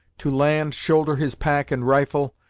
to land, shoulder his pack and rifle,